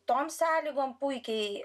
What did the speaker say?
tom sąlygom puikiai